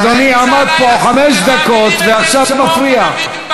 אדוני עמד פה חמש דקות, ועכשיו מפריע.